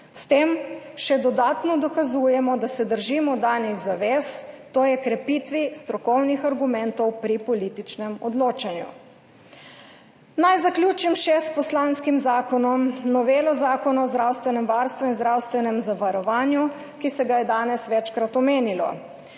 S tem še dodatno dokazujemo, da se držimo danih zavez, to je krepitve strokovnih argumentov pri političnem odločanju. Naj zaključim še s poslanskim zakonom, novelo Zakona o zdravstvenem varstvu in zdravstvenem zavarovanju, ki se ga je danes večkrat omenilo.